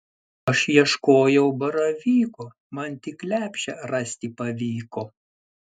aš ieškojau baravyko man tik lepšę rasti pavyko